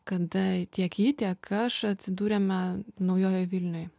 kada tiek ji tiek aš atsidūrėme naujojoj vilnioj